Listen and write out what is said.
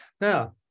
Now